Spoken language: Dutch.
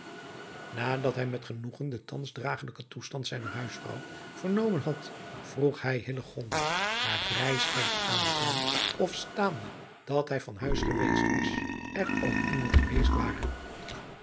nadat hij met genoegen den thans dragelijken toestand zijner huisvrouw vernomen had vroeg hij hillegonda haar vrij scherp aanziende of staande dat hij van huis geweest was er ook iemand geweest ware